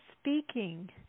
speaking